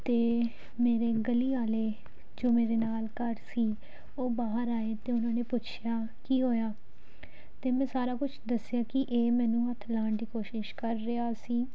ਅਤੇ ਮੇਰੇ ਗਲੀ ਵਾਲੇ ਜੋ ਮੇਰੇ ਨਾਲ ਘਰ ਸੀ ਉਹ ਬਾਹਰ ਆਏ ਅਤੇ ਉਹਨਾਂ ਨੇ ਪੁੱਛਿਆ ਕੀ ਹੋਇਆ ਅਤੇ ਮੈਂ ਸਾਰਾ ਕੁਝ ਦੱਸਿਆ ਕਿ ਇਹ ਮੈਨੂੰ ਹੱਥ ਲਗਾਉਣ ਦੀ ਕੋਸ਼ਿਸ਼ ਕਰ ਰਿਹਾ ਸੀ